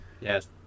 Yes